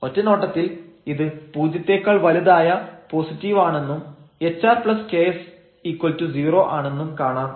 ഒറ്റനോട്ടത്തിൽ ഇത് പൂജ്യത്തെക്കാൾ വലുതായ പോസിറ്റീവാണെന്നും hrks0 ആണെന്നും കാണാം